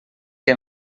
que